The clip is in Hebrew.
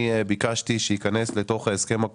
אני מתכבד לפתוח את ישיבת ועדת הכספים בנושא